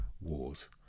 wars